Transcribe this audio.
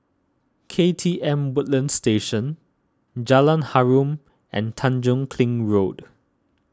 K T M Woodlands Station Jalan Harum and Tanjong Kling Road